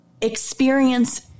experience